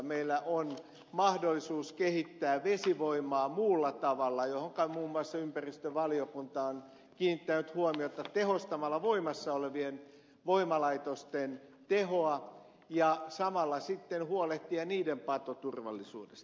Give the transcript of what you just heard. meillä on mahdollisuus kehittää vesivoimaa muulla tavalla mihinkä muun muassa ympäristövaliokunta on kiinnittänyt huomiota tehostamalla voimassa olevien voimalaitosten tehoa ja samalla sitten huolehtimalla niiden patoturvallisuudesta